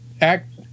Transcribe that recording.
act